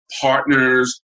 partners